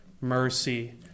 mercy